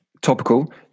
topical